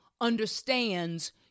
understands